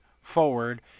forward